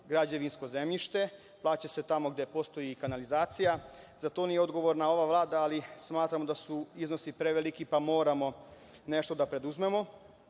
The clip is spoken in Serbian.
građevinsko zemljište, plaća se tamo gde postoji kanalizacija. Za to nije odgovorna ova vlada, ali smatramo da su iznosi preveliki, pa moramo nešto da preduzmemo. Na